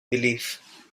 belief